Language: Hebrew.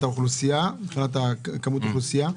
מבחינת כמות אוכלוסייה?